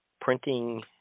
printing